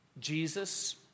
Jesus